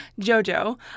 Jojo